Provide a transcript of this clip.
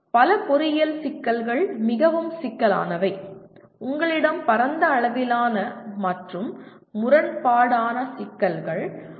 பல பொறியியல் சிக்கல்கள் மிகவும் சிக்கலானவை உங்களிடம் பரந்த அளவிலான மற்றும் முரண்பாடான சிக்கல்கள் உள்ளன